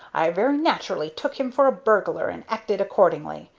i very naturally took him for a burglar, and acted accordingly.